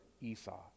esau